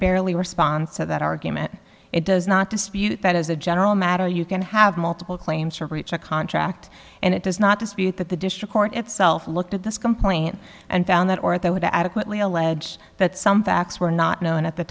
barely response to that argument it does not dispute that as a general matter you can have multiple claims for breach of contract and it does not dispute that the district court itself looked at this complaint and found that or they would adequately allege that some facts were not known at the